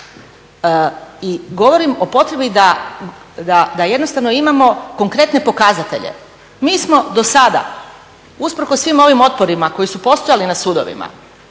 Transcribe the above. i govorim o potrebi da jednostavno imamo konkretne pokazatelje. Mi smo do sada usprkos svim ovim otporima koji su postojali na sudovima